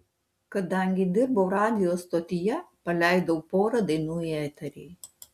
kadangi dirbau radijo stotyje paleidau porą dainų į eterį